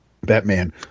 Batman